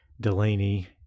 Delaney